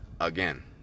again